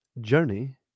Journey